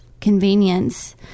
convenience